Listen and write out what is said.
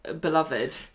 beloved